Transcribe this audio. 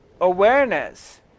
awareness